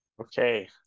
Okay